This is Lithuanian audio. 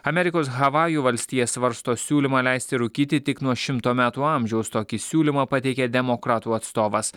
amerikos havajų valstija svarsto siūlymą leisti rūkyti tik nuo šimto metų amžiaus tokį siūlymą pateikė demokratų atstovas